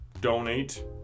donate